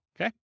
okay